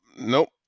nope